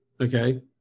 okay